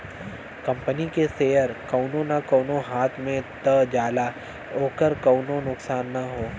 company के share कउनो न कउनो हाथ मे त जाला ओकर कउनो नुकसान ना हौ